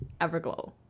Everglow